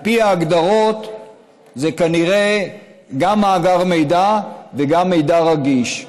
על פי ההגדרות זה כנראה גם מאגר מידע וגם מידע רגיש.